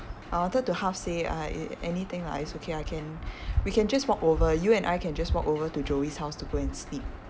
I wanted to half say ah eh anything lah it's okay I can we can just walk over you and I can just walk over to joey's house to go and sleep